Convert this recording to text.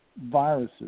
viruses